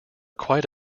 quite